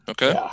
Okay